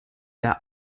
der